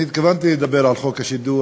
אני התכוונתי לדבר על חוק השידור,